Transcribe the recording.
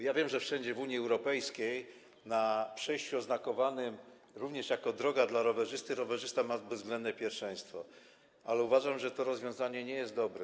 Ja wiem, że wszędzie w Unii Europejskiej na przejściu oznakowanym również jako droga dla rowerzysty rowerzysta ma bezwzględne pierwszeństwo, ale uważam, że to rozwiązanie nie jest dobre.